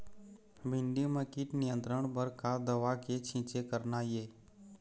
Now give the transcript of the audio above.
भिंडी म कीट नियंत्रण बर का दवा के छींचे करना ये?